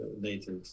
native